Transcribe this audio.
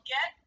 Get